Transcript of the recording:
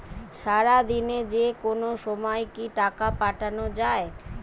সারাদিনে যেকোনো সময় কি টাকা পাঠানো য়ায়?